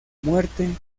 muerte